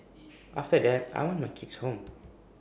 after that I want my kids home